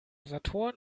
saturn